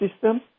system